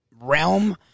realm